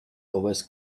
always